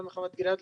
גם בחוות גלעד,